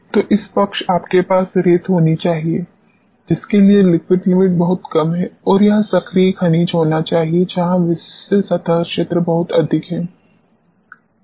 तो इस पक्ष आपके पास रेत होना चाहिए जिसके लिए लिक्विड लिमिट बहुत कम है और यह सक्रिय खनिज होना चाहिए जहां विशिष्ट सतह क्षेत्र बहुत अधिक है